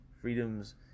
Freedoms